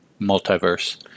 multiverse